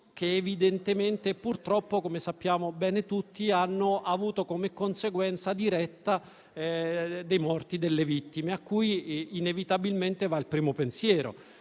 e purtroppo, come tutti sappiamo bene, hanno avuto come conseguenza diretta dei morti e delle vittime, a cui inevitabilmente va il primo pensiero.